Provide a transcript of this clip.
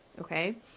okay